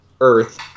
Earth